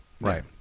Right